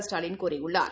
ஸ்டாலின் கூறியுள்ளார்